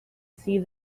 see